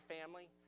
family